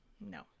No